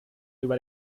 über